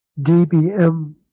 DBM